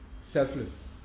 selfless